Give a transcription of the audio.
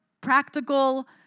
practical